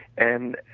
and,